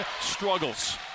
struggles